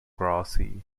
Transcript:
grassy